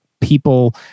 people